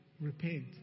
repent